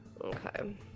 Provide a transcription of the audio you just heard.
Okay